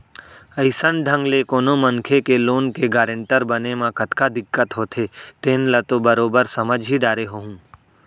अइसन ढंग ले कोनो मनखे के लोन के गारेंटर बने म कतका दिक्कत होथे तेन ल तो बरोबर समझ ही डारे होहूँ